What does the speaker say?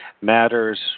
matters